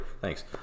Thanks